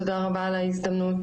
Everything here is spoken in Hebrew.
תודה רבה על ההזדמנות.